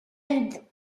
into